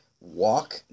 walk